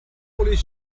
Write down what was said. his